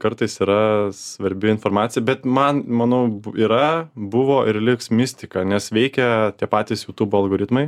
kartais yra svarbi informacija bet man manau yra buvo ir liks mistika nes veikia tie patys jutubo algoritmai